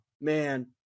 man